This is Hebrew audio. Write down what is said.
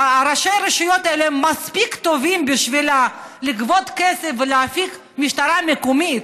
וראשי הרשויות האלה מספיק טובים בשביל לגבות כסף ולהעסיק משטרה מקומית,